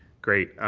great.